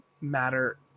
matter